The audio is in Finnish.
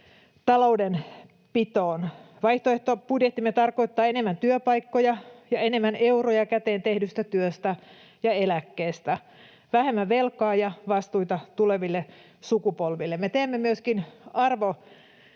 taloudenpitoon. Vaihtoehtobudjettimme tarkoittaa enemmän työpaikkoja ja enemmän euroja käteen tehdystä työstä ja eläkkeestä, vähemmän velkaa ja vastuita tuleville sukupolville. Me teemme myöskin arvovalintoja